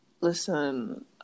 Listen